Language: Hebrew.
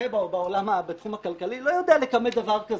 כמומחה בתחום הכלכלי, לא יודע לכמת דבר כזה.